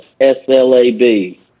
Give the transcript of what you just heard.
S-L-A-B